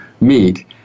meet